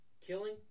killing